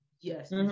yes